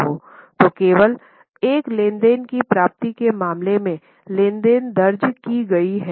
तो केवल एक लेनदेन की प्राप्ति के मामले में लेनदेन दर्ज की गई है